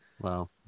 wow